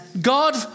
God